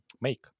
make